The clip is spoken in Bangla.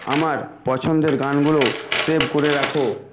আমার পছন্দের গানগুলো সেভ করে রাখো